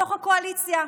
מתוך הקואליציה.